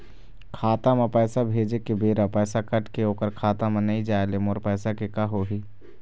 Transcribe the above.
खाता म पैसा भेजे के बेरा पैसा कट के ओकर खाता म नई जाय ले मोर पैसा के का होही?